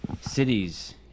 cities